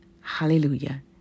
hallelujah